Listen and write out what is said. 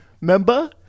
Remember